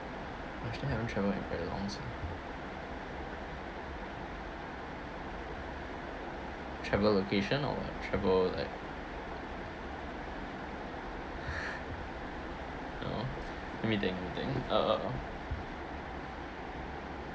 I still haven't travel like very long also travel location or what travel like oh let me think let me think oh